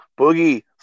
Boogie